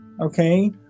Okay